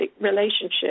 relationship